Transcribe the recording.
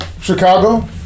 Chicago